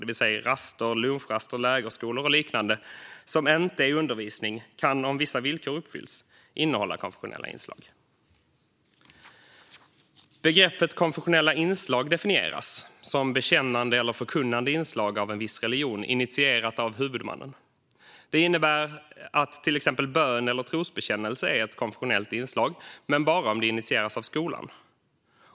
Det innebär att raster, lunchraster, lägerskolor och liknande som inte är undervisning kan, om vissa villkor uppfylls, innehålla konfessionella inslag. Begreppet konfessionella inslag definieras som bekännande eller förkunnande inslag av en viss religion initierade av huvudmannen. Det innebär att till exempel bön eller trosbekännelse är ett konfessionellt inslag, men bara om de initieras av skolan.